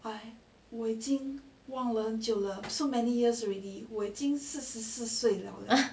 fifteen 十五岁 so cute